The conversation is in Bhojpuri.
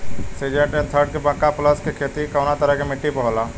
सिंजेंटा एन.के थर्टी प्लस मक्का के के खेती कवना तरह के मिट्टी पर होला?